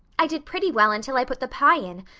i did pretty well until i put the pie in,